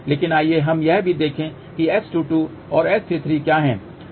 लेकिन आइए हम यह भी देखें कि S22 और S33 क्या हैं